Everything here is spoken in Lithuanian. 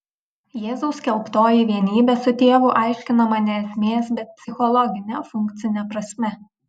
jėzaus skelbtoji vienybė su tėvu aiškinama ne esmės bet psichologine funkcine prasme